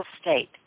state